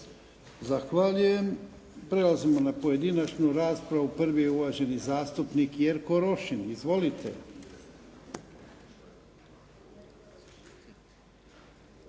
Zahvaljujem. Prelazimo na pojedinačnu raspravu. Prvi je uvaženi zastupnik Jerko Rošin. Izvolite.